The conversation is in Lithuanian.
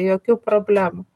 jokių problemų